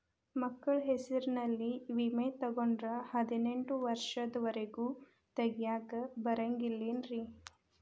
ಮಕ್ಕಳ ಹೆಸರಲ್ಲಿ ವಿಮೆ ತೊಗೊಂಡ್ರ ಹದಿನೆಂಟು ವರ್ಷದ ಒರೆಗೂ ತೆಗಿಯಾಕ ಬರಂಗಿಲ್ಲೇನ್ರಿ?